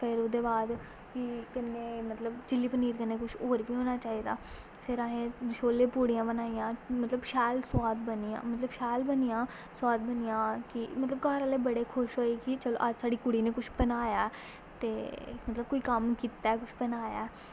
फिर ओह्दे बाद कन्नै मतलब चिली पनीर कन्नै कुछ होर बी होना चाहिदा फिर असें छोल्ले पूड़ियां बनाइयां मतलब शैल सोआद बनियां मतलब शैल बनियां सोआद बनियां की मतलब घर आह्ले बड़े खुश होये की चलो अज्ज साढ़ी कुड़ी ने कुछ बनाया ऐ ते मतलब कोई कम्म कीता कुछ बनाया ऐ